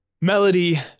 Melody